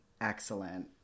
excellent